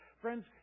Friends